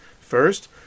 First